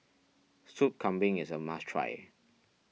Sup Kambing is a must try